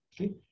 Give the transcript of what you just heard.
okay